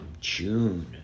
June